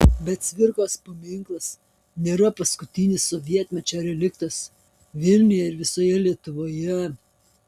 bet cvirkos paminklas nėra paskutinis sovietmečio reliktas vilniuje ir visoje lietuvoje